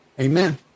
amen